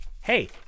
hey